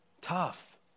Tough